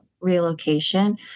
relocation